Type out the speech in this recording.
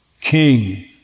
king